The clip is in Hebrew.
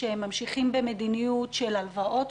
שממשיכים במדיניות של הלוואות.